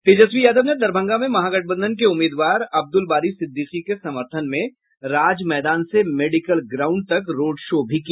तेजस्वी यादव ने दरभंगा में महागठबंधन के उम्मीदवार अब्दूल बारी सिद्दिकी के समर्थन में राज मैदान से मेडिकल ग्राउंड तक रोड शो भी किया